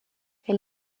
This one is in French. elle